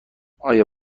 آیا